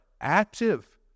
active